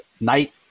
Night